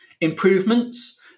improvements